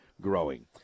growing